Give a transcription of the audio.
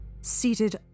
seated